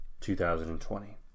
2020